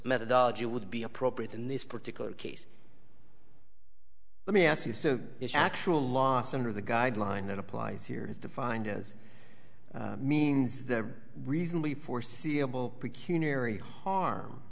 methodology would be appropriate in this particular case let me ask you so it's actually lost some of the guideline that applies here is defined as means the reason we foreseeable harm